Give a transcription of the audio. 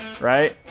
right